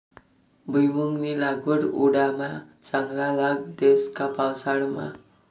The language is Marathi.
भुईमुंगनी लागवड उंडायामा चांगला लाग देस का पावसाळामा